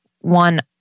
one